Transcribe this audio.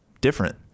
different